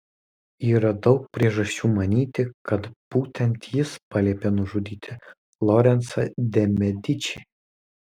yra daug priežasčių manyti kad būtent jis paliepė nužudyti lorencą de medičį